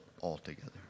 altogether